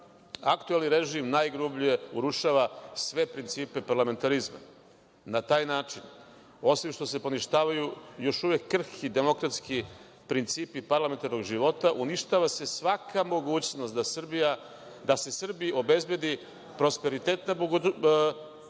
aktuelni režim najgrublje urušava sve principe parlamentarizma. Na taj način, osim što se poništavaju još uvek krhki demokratski principi parlamentarnog života, uništava se svaka mogućnost da se Srbiji obezbedi prosperitetna budućnost